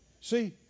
See